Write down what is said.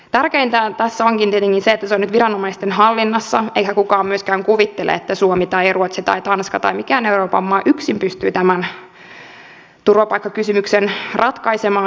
tärkeintä tässä onkin tietenkin se että se on nyt viranomaisten hallinnassa eikä kukaan myöskään kuvittele että suomi tai ruotsi tai tanska tai mikään euroopan maa yksin pystyy tämän turvapaikkakysymyksen ratkaisemaan